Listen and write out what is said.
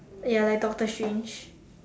ya like doctor strange